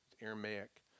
Aramaic